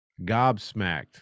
Gobsmacked